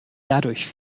dadurch